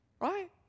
Right